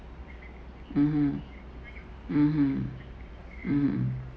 mmhmm mmhmm mm